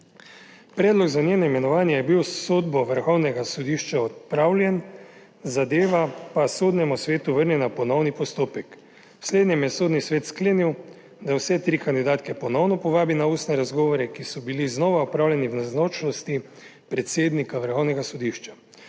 Predlog za njeno imenovanje je bil s sodbo Vrhovnega sodišča odpravljen, zadeva pa Sodnemu svetu vrnjena ponovni postopek. V slednjem je Sodni svet sklenil, da vse tri kandidatke ponovno povabi na ustne razgovore, ki so bili znova opravljeni v navzočnosti predsednika Vrhovnega sodišča.